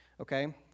Okay